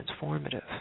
transformative